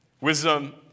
Wisdom